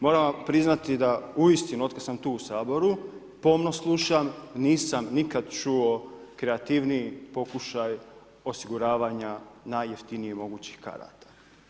Moram vam priznati da uistinu, od kad sam tu u Saboru, pomno slušam, nisam nikad čuo kreativniji pokušaj osiguravanja najjeftinije mogućih karata.